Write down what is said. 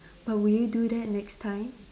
but will you do that next time